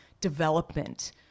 development